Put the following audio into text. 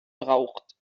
braucht